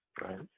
Right